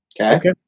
Okay